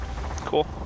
cool